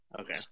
Okay